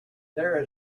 there